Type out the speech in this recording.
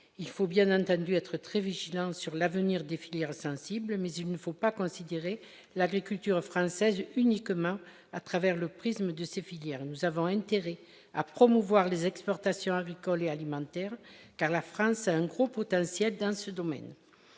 il faut bien entendu être très vigilants sur l'avenir des filières sensible mais il ne faut pas considérer l'agriculture française uniquement à travers le prisme de cette filière, nous avons intérêt à promouvoir les exportations agricoles et alimentaires, car la France a un gros potentiel dans ce domaine,